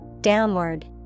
Downward